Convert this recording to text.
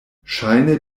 ŝajne